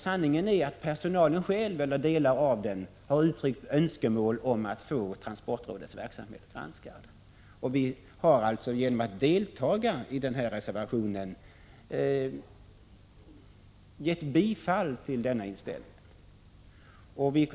Sanningen är att delar av personalen har uttryckt önskemål om att få transportrådets verksamhet granskad. Vi har alltså genom att delta i denna reservation gett vårt stöd till denna inställning.